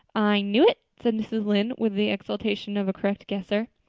i knew it! said mrs. lynde, with the exultation of a correct guesser.